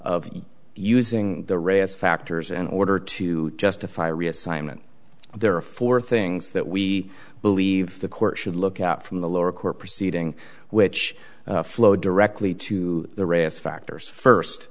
of using the risk factors in order to justify reassignment there are four things that we believe the court should look out from the lower court proceeding which flow directly to the risk factors first